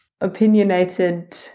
opinionated